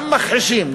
גם מחרישים,